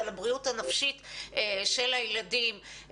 על הבריאות הנפשית של הילדים,